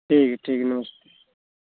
ठीक है ठीक है नमस